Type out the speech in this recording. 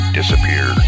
disappear